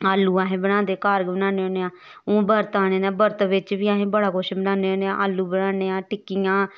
आलू अस बनांदे घर गै बनान्ने होन्ने आं हून बरत आने न बरत बिच्च बी अस बड़ा कुछ बनान्ने होन्ने आं आलू बनान्ने आं टिक्कियां